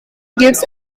gives